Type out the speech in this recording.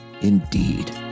indeed